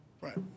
Right